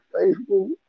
Facebook